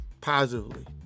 positively